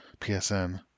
PSN